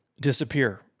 disappear